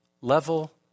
level